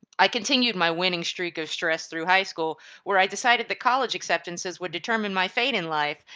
i continued my winning streak of stress through high school where i decided that college acceptances would determine my fate in life,